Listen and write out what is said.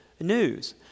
news